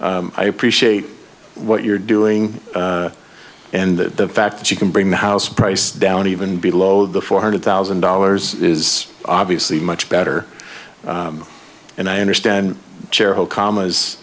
i appreciate what you're doing and the fact that you can bring the house price down even below the four hundred thousand dollars is obviously much better and i understand chair who